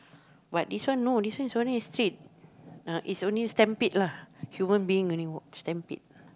but this one no this one is only a street uh is only stampede lah human being only walk stampede